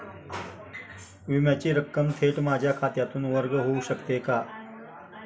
विम्याची रक्कम थेट माझ्या खात्यातून वर्ग होऊ शकते का?